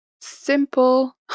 simple